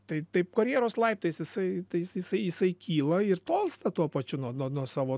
tai taip karjeros laiptais jisai tais jisai jisai kyla ir tolsta tuo pačiu nuo nuo nuo savo